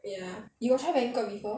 ya you got work banquet before